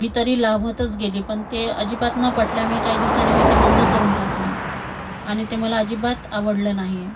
मी तरी लावतच गेले पण ते अजिबात न पटल्यामुळे काही दिवसांनी मी ते बंद करून टाकलं आणि ते मला अजिबात आवडलं नाही आहे